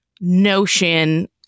notion